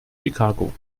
chicago